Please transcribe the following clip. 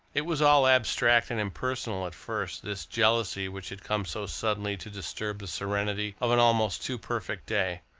it was all abstract and impersonal at first, this jealousy which had come so suddenly to disturb the serenity of an almost too perfect day,